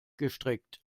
gestrickt